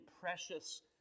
precious